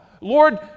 Lord